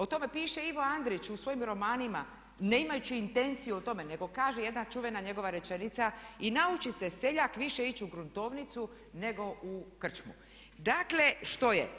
O tome piše Ivo Andrić u svojim romanima ne imajući intenciju o tome, nego kaže jedna čuvena njegova rečenica: „I nauči se seljak više ići u gruntovnicu nego u krčmu.“ Dakle što je?